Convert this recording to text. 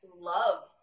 love